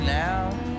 now